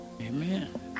Amen